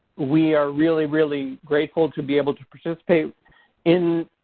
we are really, really grateful to be able to participate in